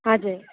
हजुर